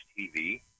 TV